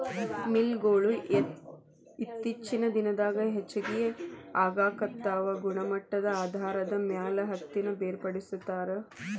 mill ಗೊಳು ಇತ್ತೇಚಿನ ದಿನದಾಗ ಹೆಚಗಿ ಆಗಾಕತ್ತಾವ ಗುಣಮಟ್ಟದ ಆಧಾರದ ಮ್ಯಾಲ ಹತ್ತಿನ ಬೇರ್ಪಡಿಸತಾರ